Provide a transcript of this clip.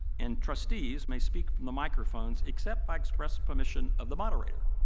and trustees may speak from the microphones except by expressed permission of the moderator.